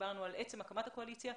דיברנו על עצם הקמת הקואליציה.